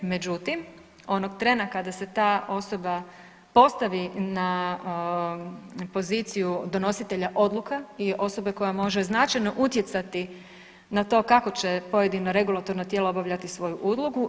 Međutim, onog trena kada se ta osoba postavi na poziciju donositelja odluka je osoba koja može značajno utjecati na to kako će pojedino regulatorno tijelo obavljati svoju ulogu.